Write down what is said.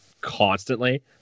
constantly